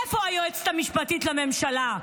איפה היועצת המשפטית לממשלה?